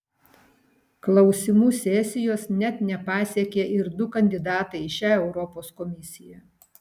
klausymų sesijos net nepasiekė ir du kandidatai į šią europos komisiją